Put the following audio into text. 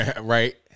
Right